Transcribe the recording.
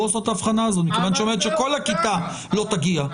לא עושות את ההבחנה הזאת מכיוון שכל הכיתה לא תגיע,